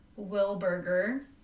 Wilberger